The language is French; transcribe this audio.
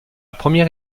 première